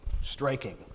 striking